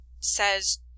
says